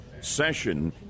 session